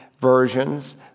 versions